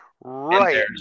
Right